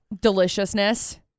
Deliciousness